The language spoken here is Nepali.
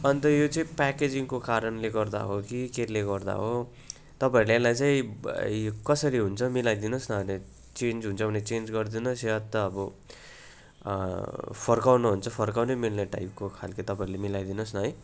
अन्त यो चाहिँ प्याकेजिङको कारणले गर्दा हो कि केले गर्दा हो तपाईँहरूले यसलाई चाहिँ कसरी हुन्छ मिलाइदिनु होस् न द्याट चेन्ज हुन्छ भने चेन्ज गरिदिनु होस् वा त अब फर्काउनु हो भने चाहिँ फर्काउनु मिल्ने टाइपको खाले तपाईँहरूले मिलाइदिनु होस् न है